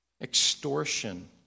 extortion